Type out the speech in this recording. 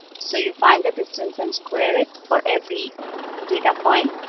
so you find the distance and square it for every data point.